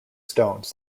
stones